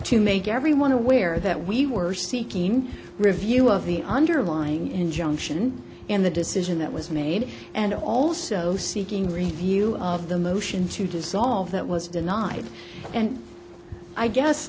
to make everyone aware that we were seeking review of the underlying injunction in the decision that was made and also seeking review of the motion to dissolve that was denied and i guess